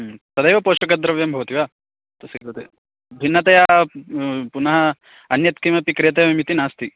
ह्म् तदेव पोष्टकद्रव्यं भवति वा तस्य कृते भिन्नतया पुनः अन्यत् किमपि क्रेतव्यम् इति नास्ति